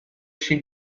she